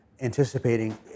anticipating